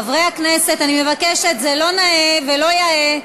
חברי הכנסת, אני מבקשת, זה לא נאה ולא יאה.